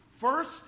first